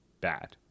bad